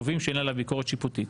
קובעים שאין עליו ביקורת שיפוטית.